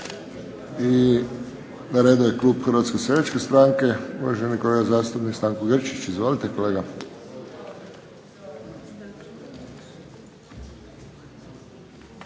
I na redu je klub Hrvatske seljačke stranke. Uvaženi kolega zastupnik Stanko Grčić. Izvolite kolega.